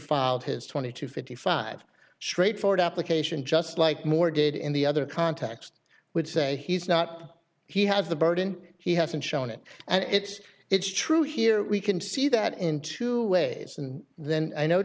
filed his twenty to fifty five straightforward application just like moore did in the other context would say he's not he has the burden he hasn't shown it and it's it's true here we can see that in two ways and then